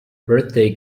birthday